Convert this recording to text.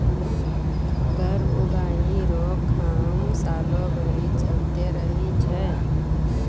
कर उगाही रो काम सालो भरी चलते रहै छै